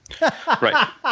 Right